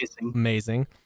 Amazing